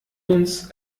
uns